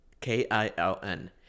K-I-L-N